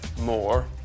more